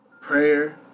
Prayer